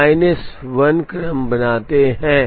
हम माइनस 1 क्रम बनाते हैं